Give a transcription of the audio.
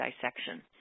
dissection